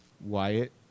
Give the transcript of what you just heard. Wyatt